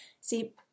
See